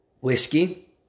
whiskey